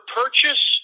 purchase